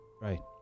right